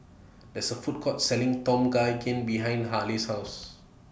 There IS Food Court Selling Tom Kha Gai behind Haley's House